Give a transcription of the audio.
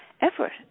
effort